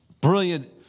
brilliant